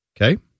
Okay